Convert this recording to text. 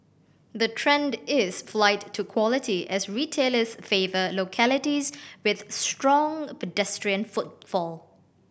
the trend is flight to quality as retailers favour localities with strong pedestrian footfall